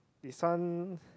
this one